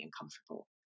uncomfortable